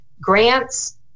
grants